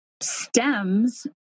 stems